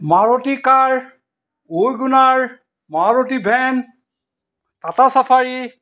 Maruti car wagon R Maruti van Tata safari